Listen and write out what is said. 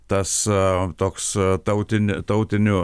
tas a toks tautini tautinių